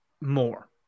more